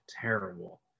terrible